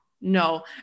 No